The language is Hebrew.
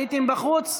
הייתם בחוץ.